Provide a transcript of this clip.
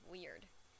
Weird